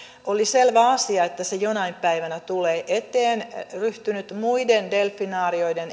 oli selvä asia että se jonain päivänä tulee eteen ja ryhtynyt muiden eurooppalaisten delfinaarioiden